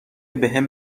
بهم